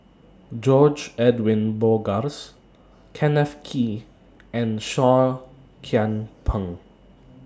George Edwin Bogaars Kenneth Kee and Seah Kian Peng